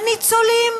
הניצולים.